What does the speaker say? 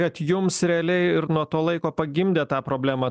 kad jums realiai ir nuo to laiko pagimdė tą problemą